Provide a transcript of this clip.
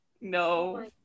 No